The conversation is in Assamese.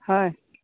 হয়